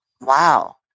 wow